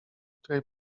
której